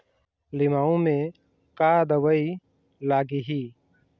लिमाऊ मे का दवई लागिही?